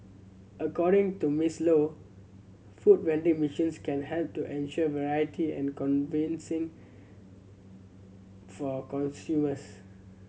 according to Miss Low food vending machines can help to ensure variety and for consumers